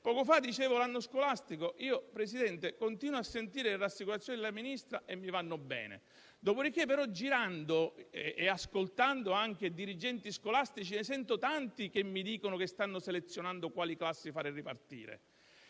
riguarda l'anno scolastico, Presidente, continuo a sentire le rassicurazioni del Ministro e mi vanno bene, dopo di che però, girando e ascoltando anche dirigenti scolastici, ne sento tanti che mi dicono che stanno selezionando quali classi fare ripartire.